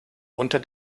unter